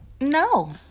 no